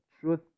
truth